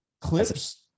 Clips